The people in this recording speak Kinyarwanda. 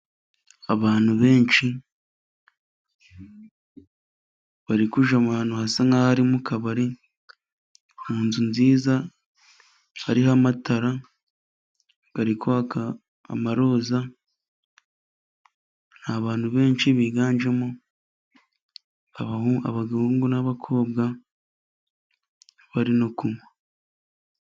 Abantu benshi bari kujya ahantu hasa nkaho ari mu kabari mu nzu nziza, hariho amatara ari kwaka amaroza n'abantu benshi biganjemo abahungu n'abakobwa bari no kunywa.